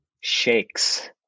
Shakes